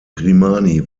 grimani